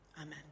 Amen